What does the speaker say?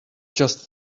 just